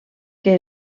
que